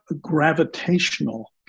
gravitational